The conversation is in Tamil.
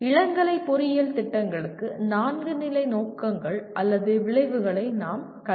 இளங்கலை பொறியியல் திட்டங்களுக்கு நான்கு நிலை நோக்கங்கள் அல்லது விளைவுகளை நாம் கண்டறிந்தோம்